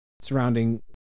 surrounding